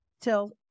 till